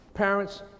Parents